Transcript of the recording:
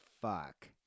fuck